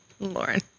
Lauren